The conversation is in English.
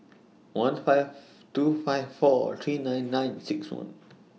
one five two five four three nine nine six one